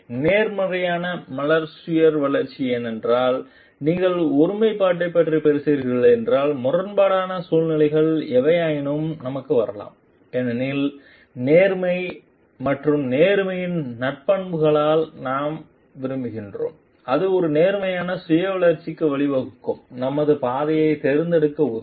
நேர்மறையான மலர் சுய வளர்ச்சி ஏனென்றால் நீங்கள் ஒருமைப்பாட்டைப் பற்றிப் பேசுகிறீர்கள் என்றால் முரண்பாடான சூழ்நிலைகள் எவையேனும் நமக்கு வரலாம் ஏனெனில் நேர்மை மற்றும் நேர்மையின் நற்பண்புகளால் நாம் விரும்புகிறோம் அது ஒரு நேர்மறையான சுய வளர்ச்சிக்கு வழிவகுக்கும் நமது பாதையைத் தேர்ந்தெடுக்க உதவும்